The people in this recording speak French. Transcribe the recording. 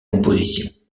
composition